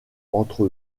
entre